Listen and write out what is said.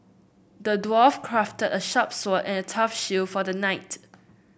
the dwarf crafted a sharp sword and a tough shield for the knight